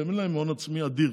אין להם הון עצמי אדיר.